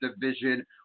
division